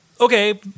okay